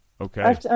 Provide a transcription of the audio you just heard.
Okay